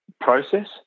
process